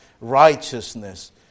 righteousness